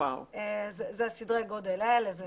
זה סדרי הגודל האלה.